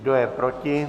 Kdo je proti?